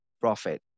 profit